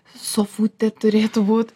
sofutė turėtų būt